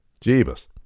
Jeebus